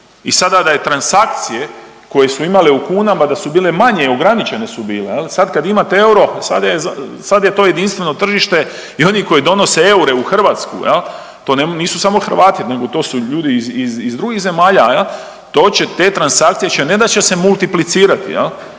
i sada da je transakcije koje su imali u kunama, da su bile manje, ograničene su bile je li, sad kad imate euro, sad je to jedinstveno tržište i oni koji donose eure u Hrvatsku, je li, to nisu samo Hrvati, nego to su ljudi iz drugih zemalja, to će, te transakcije ne da će se multiplicirati,